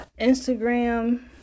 Instagram